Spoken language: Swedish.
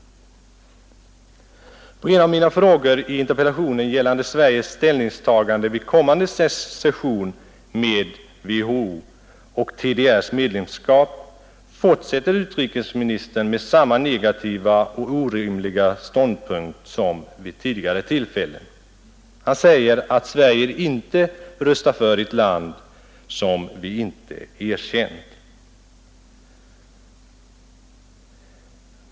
Som svar på en av mina frågor i interpellationen, gällande Sveriges ställningstagande vid kommande session med WHO om TDR:s medlemskap, fortsätter utrikesministern med samma negativa och orimliga ståndpunkt som vid tidigare tillfällen. Han säger att Sverige inte röstar för ett land som vi inte erkänt.